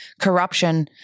corruption